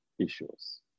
issues